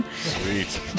Sweet